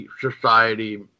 society